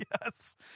Yes